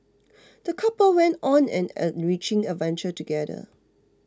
the couple went on an enriching adventure together